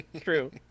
True